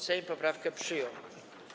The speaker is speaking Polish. Sejm poprawkę przyjął.